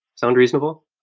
sound reasonable?